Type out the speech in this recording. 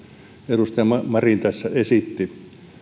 edustaja marin tässä esitti